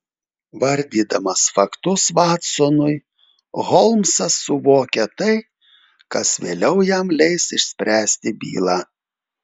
vardydamas faktus vatsonui holmsas suvokia tai kas vėliau jam leis išspręsti bylą